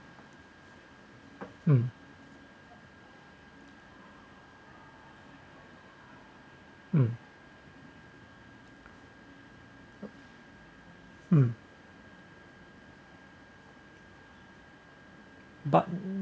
mm mm mm